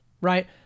Right